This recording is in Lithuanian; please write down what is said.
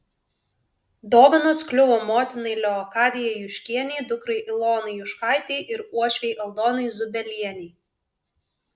dovanos kliuvo motinai leokadijai juškienei dukrai ilonai juškaitei ir uošvei aldonai zubelienei